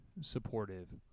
supportive